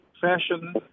fashion